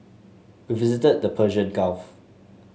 we visited the Persian Gulf